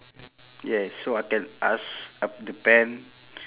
yes so I can ask a the pen